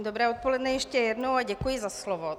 Dobré odpoledne ještě jednou a děkuji za slovo.